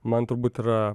man turbūt yra